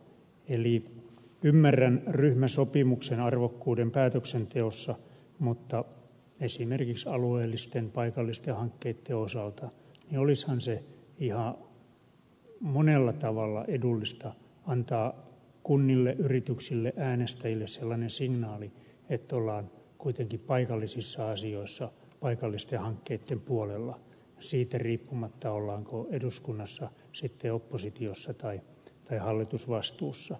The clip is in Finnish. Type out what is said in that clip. eli ymmärrän ryhmäsopimuksen arvokkuuden päätöksenteossa mutta esimerkiksi alueellisten paikallisten hankkeiden osalta olisihan se ihan monella tavalla edullista antaa kunnille yrityksille äänestäjille sellainen signaali että ollaan kuitenkin paikallisissa asioissa paikallisten hankkeiden puolella siitä riippumatta ollaanko eduskunnassa sitten oppositiossa tai hallitusvastuussa